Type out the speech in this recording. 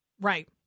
right